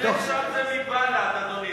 חלק מבל"ד,